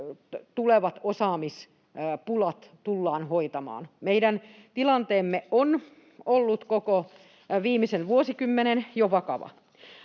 tulevat osaamispulat tullaan hoitamaan. Meidän tilanteemme on ollut koko viimeisen vuosikymmenen jo vakava.